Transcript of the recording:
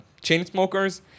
Chainsmokers